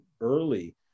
early